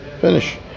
Finish